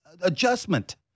adjustment